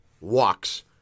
walks